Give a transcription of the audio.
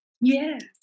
Yes